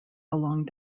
along